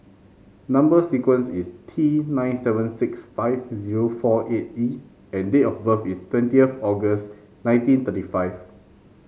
number sequence is T nine seven six five zero four eight E and date of birth is twentieth August nineteen thirty five